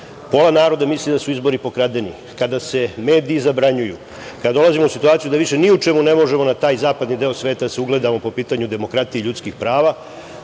pola naroda misli da su izbori pokradeni, kada se mediji zabranjuju, kada dolazimo u situaciju da više ni u čemu ne možemo na taj zapadni deo sveta da se ugledamo po pitanju demokratije i ljudskih prava,